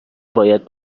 باید